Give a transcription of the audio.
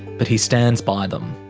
but he stands by them.